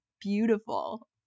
Beautiful